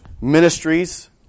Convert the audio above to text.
ministries